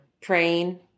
praying